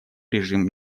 режим